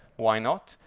why not?